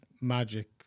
magic